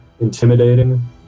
intimidating